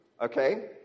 Okay